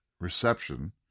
reception